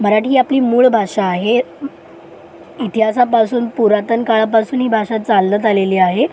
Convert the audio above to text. मराठी ही आपली मूळ भाषा आहे इतिहासापासून पुरातन काळापासून ही भाषा चालत आलेली आहे